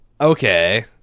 Okay